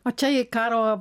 o čia jei karo